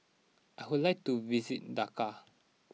I would like to visit Dakar